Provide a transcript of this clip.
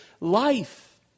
life